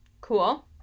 Cool